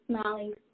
smiling